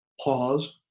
pause